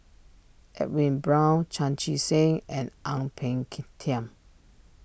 Edwin Brown Chan Chee Seng and Ang Peng Tiam